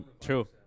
True